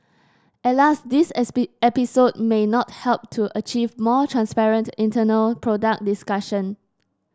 alas this episode may not help to achieve more transparent internal product discussion